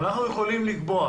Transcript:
אבל אנחנו יכולים לקבוע